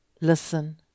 Listen